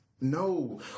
no